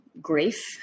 grief